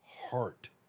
heart